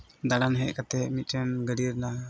ᱫᱟᱬᱟᱱ ᱦᱮᱡ ᱠᱟᱛᱮᱫ ᱢᱤᱫᱴᱮᱱ ᱜᱟᱹᱰᱤ ᱨᱮᱱᱟᱜ